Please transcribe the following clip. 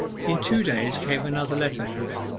in two days came another letter from him,